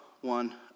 one